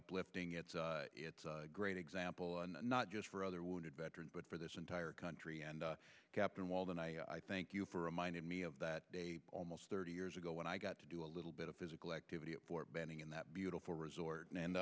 uplifting it's a great example not just for other wounded veterans but for this entire country and captain wald and i i thank you for reminding me of that day almost thirty years ago when i got to do a little bit of physical activity at fort benning in that beautiful resort and